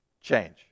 change